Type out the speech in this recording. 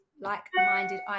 like-minded